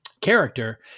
character